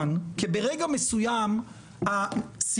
מתערער דרמטית היסוד הקהילתי בישובים.